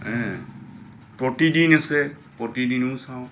সেই প্ৰতিদিন আছে প্ৰতিদিনো চাওঁ